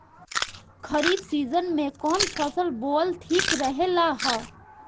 खरीफ़ season में कौन फसल बोअल ठिक रहेला ह?